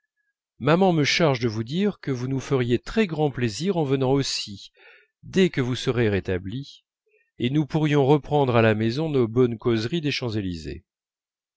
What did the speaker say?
maman me charge de vous dire que vous nous feriez très grand plaisir en venant aussi dès que vous serez rétabli et nous pourrions reprendre à la maison nos bonnes causeries des champs-élysées